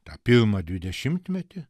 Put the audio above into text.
tą pirmą dvidešimtmetį